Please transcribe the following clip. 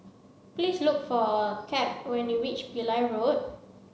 please look for Cap when you reach Pillai Road